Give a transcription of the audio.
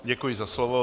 Děkuji za slovo.